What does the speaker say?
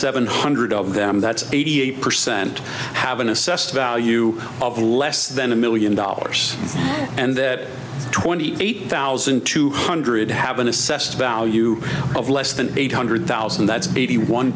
seven hundred of them that's eighty eight percent have been assessed value of less than a million dollars and that twenty eight thousand two hundred have been assessed value of less than eight hundred thousand that's baby one